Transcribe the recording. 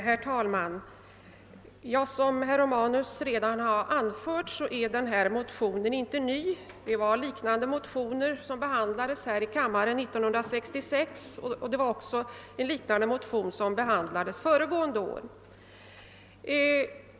Herr talman! Som herr Romanus redan har sagt är det inte någon ny fråga som behandlas i denna motion. Liknande motioner behandlades här i kammaren 1966 och även förra året.